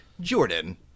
Jordan